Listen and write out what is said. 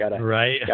Right